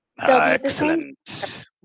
Excellent